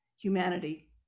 humanity